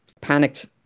panicked